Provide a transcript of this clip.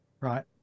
right